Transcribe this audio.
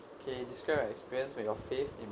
okay describe an experience when your faith in